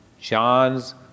John's